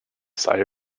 sigh